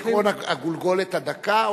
על-פי עקרון "הגולגולת הדקה",